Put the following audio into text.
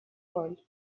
роль